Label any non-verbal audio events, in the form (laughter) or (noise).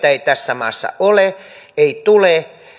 (unintelligible) ei tässä maassa ole ei tule